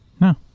No